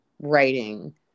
writing